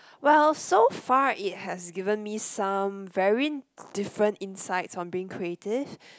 well so far it has given me some very different insight on being creative